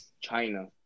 China